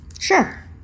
Sure